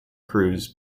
crews